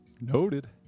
Noted